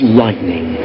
lightning